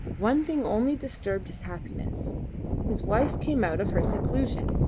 one thing only disturbed his happiness his wife came out of her seclusion,